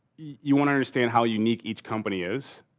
you want to understand how unique each company is.